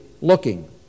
looking